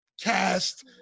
cast